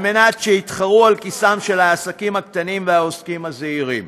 כדי שיתחרו על כיסם של העסקים הקטנים והעוסקים הזעירים.